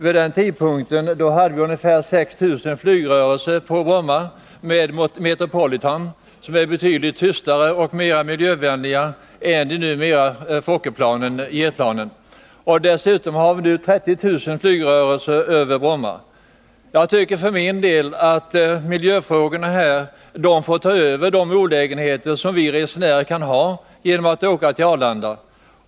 Vid den tidpunkten var antalet flygrörelser på Bromma ungefär 6 000. Då fanns Metropolitanplanen, som var betydligt tystare och miljövänligare än de nuvarande Fokkerplanen och jetplanen. Dessutom är antalet flygrörelser på Bromma nu 30 000. Jag tycker för min del att miljöfrågorna överväger de olägenheter som vi resenärer kan ha genom att åka till Arlanda.